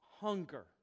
hunger